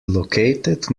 located